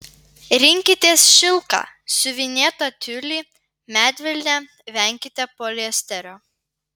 rinkitės šilką siuvinėtą tiulį medvilnę venkite poliesterio